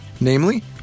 Namely